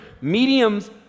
mediums